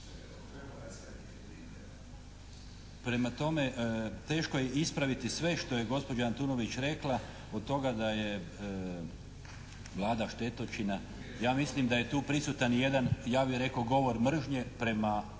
Prema tome teško je ispraviti sve što je gospođa Antunović rekla od toga da je Vlada štetočina. Ja mislim da je tu prisutan i jedan govor mržnje prema